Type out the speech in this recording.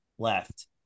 left